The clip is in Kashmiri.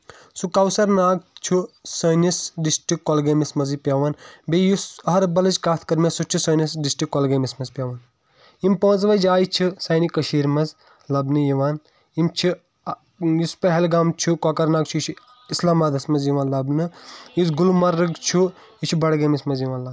سُہ کونٛسر ناگ چھُ سٲنِس ڈسٹرک کۄلگٲمِس منٛزٕے پیٚوان بیٚیہِ یُس أہربلٕچ کَتھ کرٕ مےٚ سُہ تہِ چھُ سٲنِس ڈسٹرک کۄلگٲمِس منٛز پیٚوان یِم پانٛژوے جاے چھِ سانہِ کٔشیٖر منٛز لَبنہٕ یِوان یِم چھِ یُس پہلگام چھُ کۄکر ناگ چھُ یہِ چھُ اسلام آبادس منٛز یِوان لَبنہٕ یُس گُلمرٕگ چھُ یہِ چھُ بڈگٲمِس منٛز یِوان لَبنہٕ